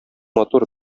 матур